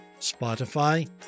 Spotify